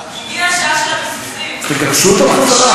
הגיעה השעה של, אז תגרשו אותם חזרה.